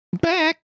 Back